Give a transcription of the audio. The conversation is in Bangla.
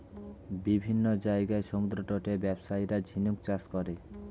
বিভিন্ন জায়গার সমুদ্রতটে ব্যবসায়ীরা ঝিনুক চাষ করে